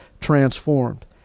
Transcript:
transformed